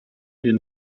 den